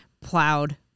plowed